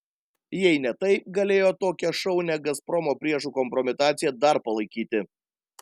jei ne tai galėjo tokią šaunią gazpromo priešų kompromitaciją dar palaikyti